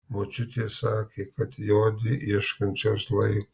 močiutė sakė kad jodvi ieškančios laiko